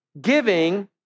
giving